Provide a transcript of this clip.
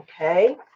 Okay